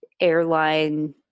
airline